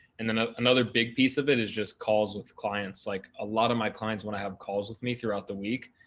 and then, ah another big piece of it is just calls with clients. like a lot of my clients want to have calls with me throughout the week.